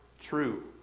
true